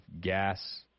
gas